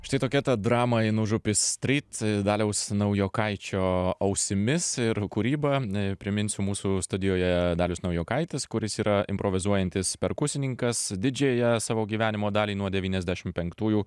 štai tokia ta drama in užupis street daliaus naujokaičio ausimis ir kūryba e priminsiu mūsų studijoje dalius naujokaitis kuris yra improvizuojantis perkusininkas didžiąją savo gyvenimo dalį nuo devyniasdešim penktųjų